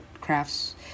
crafts